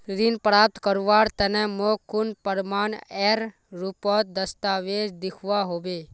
ऋण प्राप्त करवार तने मोक कुन प्रमाणएर रुपोत दस्तावेज दिखवा होबे?